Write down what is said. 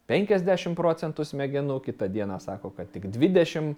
penkiasdešim procentų smegenų kitą dieną sako kad tik dvidešim